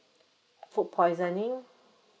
food poisoning